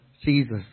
Jesus